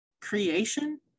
creation